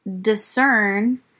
discern